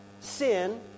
sin